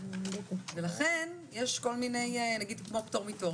ולכן נגיד פטור מתור,